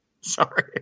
Sorry